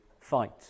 fight